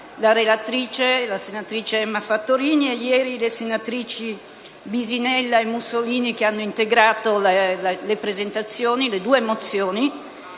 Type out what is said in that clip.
la relatrice, senatrice Elena Fattorini, e ieri le senatrici Bisinella e Mussolini, che hanno integrato la presentazione delle due mozioni.